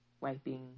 wiping